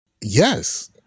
Yes